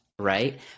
Right